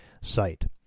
site